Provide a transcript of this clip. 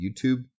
YouTube